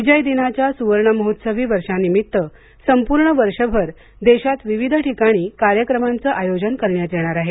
विजय दिनाच्या सवर्ण महोत्सवी वर्षानिमित्त संपूर्ण वर्षभर देशात विविध ठिकाणी कार्यक्रमांच आयोजन करण्यात येणार आहे